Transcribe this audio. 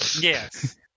Yes